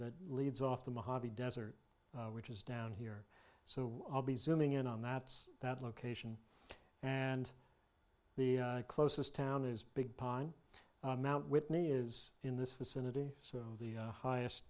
that leads off the mojave desert which is down here so i'll be zooming in on that that location and the closest town is big pine mt whitney is in this vicinity so the highest